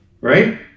Right